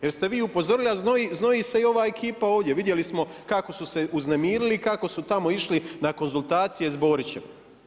Jer ste vi upozorili, a znoji se i ova ekipa ovdje, vidjeli smo kako su se uznemirili, kako su tamo išli na konzultacije s Borićem.